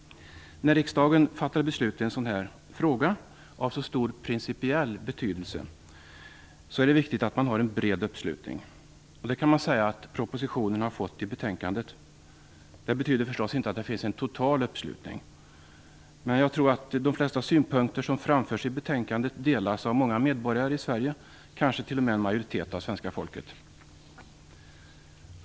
När riksdagen fattar beslut i en sådan här fråga, av så stor principiell betydelse, är det viktigt att man har en bred uppslutning. Det kan man säga att propositionen har fått i betänkandet. Det betyder förstås inte att det finns en total uppslutning. Men jag tror att de flesta synpunkter som framförs i betänkandet delas av många medborgare i Sverige, kanske t.o.m. en majoritet av svenska folket.